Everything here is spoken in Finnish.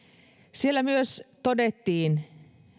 siellä myös todettiin